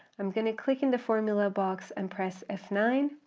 i'm going to click in the formula box and press f nine.